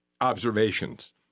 observations